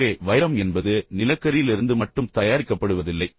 எனவே வைரம் என்பது நிலக்கரியிலிருந்து மட்டும் தயாரிக்கப்படுவதில்லை